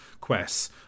quests